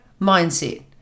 mindset